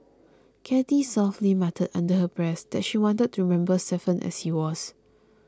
Cathy softly muttered under her breath that she wanted to remember Stephen as he was